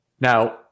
Now